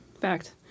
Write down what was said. fact